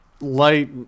light